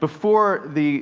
before the